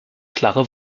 klare